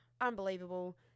unbelievable